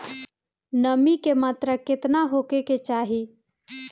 नमी के मात्रा केतना होखे के चाही?